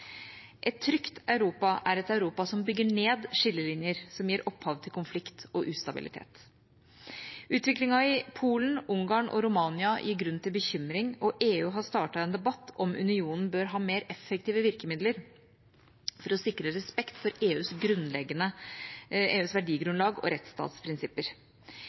Et trygt Europa er et Europa som bygger ned skillelinjer som gir opphav til konflikt og ustabilitet. Utviklingen i Polen, Ungarn og Romania gir grunn til bekymring, og EU har startet en debatt om unionen bør ha mer effektive virkemidler for å sikre respekt for EUs verdigrunnlag og rettsstatsprinsipper.